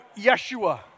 Yeshua